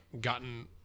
gotten